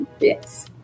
Yes